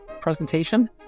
presentation